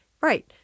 right